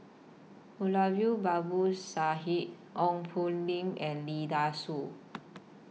Moulavi Babu Sahib Ong Poh Lim and Lee Dai Soh